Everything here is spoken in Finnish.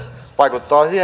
vaikuttavat